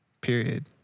Period